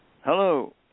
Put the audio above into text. Hello